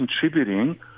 contributing